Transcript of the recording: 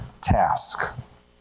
task